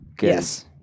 Yes